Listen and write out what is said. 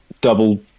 double